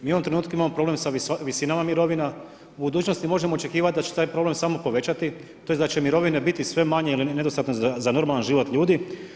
Mi u ovom trenutku imamo problem sa visinama mirovina, u budućnosti možemo očekivati da će se taj problem samo povećati tj. da će mirovine biti sve manje ili nedostatne za normalan život ljudi.